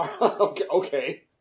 Okay